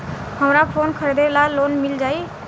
हमरा फोन खरीदे ला लोन मिल जायी?